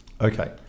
Okay